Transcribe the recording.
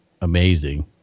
amazing